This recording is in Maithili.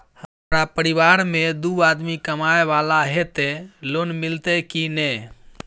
हमरा परिवार में दू आदमी कमाए वाला हे ते लोन मिलते की ने?